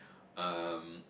um